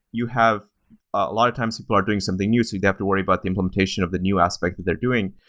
you have a lot of times people are doing something new, so they have to worry about the implementation of the new aspect that they're doing.